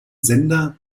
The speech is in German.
sender